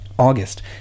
August